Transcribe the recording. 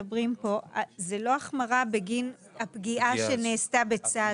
זאת לא החמרה בגין הפגיעה שנעשתה בצה"ל.